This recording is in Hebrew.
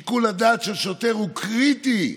שיקול הדעת של שוטר הוא קריטי.